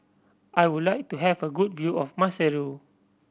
I would like to have a good view of Maseru